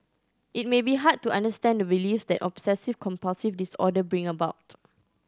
it may be hard to understand the beliefs that obsessive compulsive disorder bring about